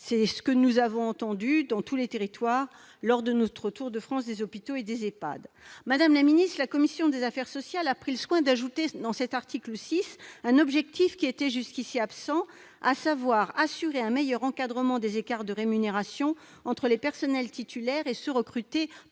C'est ce que nous avons entendu dans tous les territoires lors de notre tour de France des hôpitaux et des Ehpad. Madame la ministre, la commission des affaires sociales a pris le soin d'ajouter, dans l'article 6, un objectif qui était jusqu'ici absent : assurer « un meilleur encadrement des écarts de rémunération entre les personnels titulaires et ceux recrutés